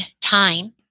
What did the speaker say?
time